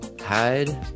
hide